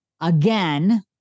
again